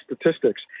statistics